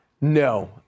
no